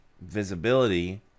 visibility